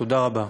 תודה רבה.